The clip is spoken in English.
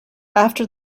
after